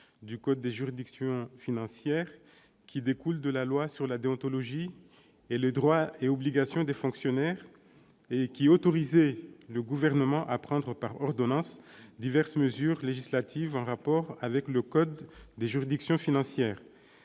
du code des juridictions financières qui découle de la loi sur la déontologie et les droits et obligations des fonctionnaires et qui autorisait le Gouvernement à prendre par ordonnances diverses mesures législatives en rapport avec le code des juridictions financières.